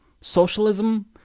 socialism